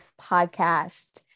podcast